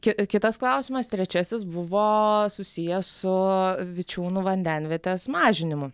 ki kitas klausimas trečiasis buvo susijęs su vičiūnų vandenvietės mažinimu